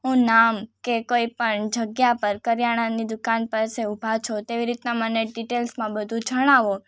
ઉ નામ કે કોઈપણ જગ્યા પર કરિયાણાની દુકાન પાસે ઊભા છો તેવી રીતનાં મને ડિટેલ્સમાં બધુ જણાવો